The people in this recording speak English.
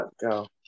go